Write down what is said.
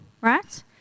right